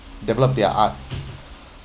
develop their art